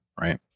right